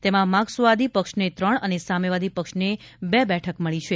તેમાં માર્કસવાદી પક્ષને ત્રણ અને સામ્યવાદીપક્ષને બે બેઠક મળી છે